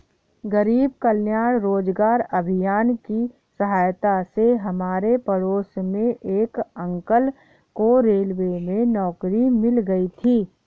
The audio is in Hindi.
गरीब कल्याण रोजगार अभियान की सहायता से हमारे पड़ोस के एक अंकल को रेलवे में नौकरी मिल गई थी